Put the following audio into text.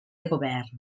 govern